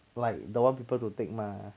like don't want people to take mah